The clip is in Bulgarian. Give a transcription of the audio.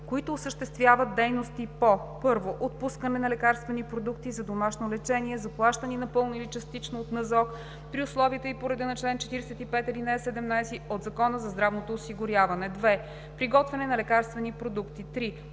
които осъществяват дейности по: 1. отпускане на лекарствени продукти за домашно лечение, заплащани напълно или частично от НЗОК при условията и по реда на чл. 45, ал. 17 от Закона за здравното осигуряване; 2. приготвяне на лекарствени продукти; 3.